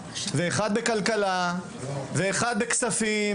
אחד בכלכלה ואחד בכספים.